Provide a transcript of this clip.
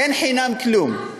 בסדר, אין חינם כלום.